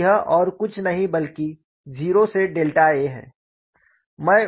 तो यह और कुछ नहीं बल्कि 0 to a है